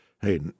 hey